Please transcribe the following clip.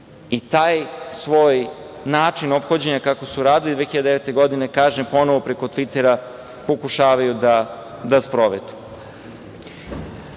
i taj svoj način ophođenja, kako su radili 2009. godine, kažem ponovo, preko Tvitera pokušavaju da sprovedu. Kada